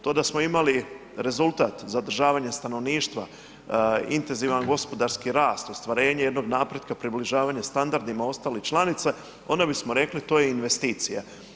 To da smo imali rezultat zadržavanje stanovništva, intenzivan gospodarski rast, ostvarenje jednog napretka približavanje standardima ostalih članica onda bismo rekli to je investicija.